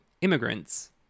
immigrants –